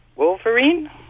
Wolverine